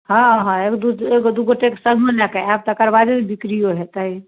हँ हँ एक दुइ एगो दुइगो सामान लऽ कऽ आएब तकरबादे ने बिक्रिओ हेतै